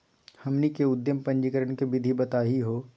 हमनी के उद्यम पंजीकरण के विधि बताही हो?